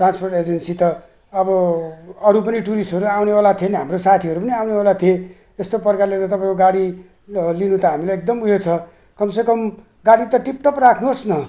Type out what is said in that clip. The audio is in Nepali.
ट्रान्सपोर्ट एजेन्सी त अब अरू पनि टुरिस्टहरू आउनेवाला थिए नि हाम्रो साथीहरू पनि आउनेवाला थिए यस्तो प्रकारले त तपाईँको गाडी ल लिनु त हामीलाई एकदम उयो छ कम से कम गाडी त टिपटप राख्नुहोस् न